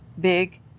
big